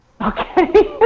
Okay